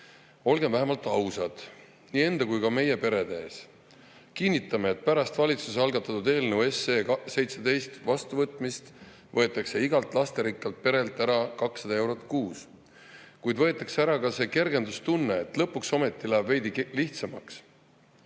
Olge vähemalt ausad nii enda kui ka meie perede ees. Kinnitame, et pärast valitsuse algatatud eelnõu SE 17 vastuvõtmist võetakse igalt lasterikkalt perelt ära 200 eurot kuus, kuid võetakse ära ka see kergendustunne, et lõpuks ometi läheb veidi lihtsamaks,